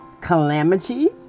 calamity